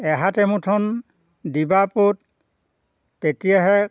এহাত এমুঠন দিবা পোত তেতিয়াহে